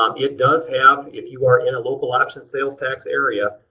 um it does have, if you are in a local option sales tax area,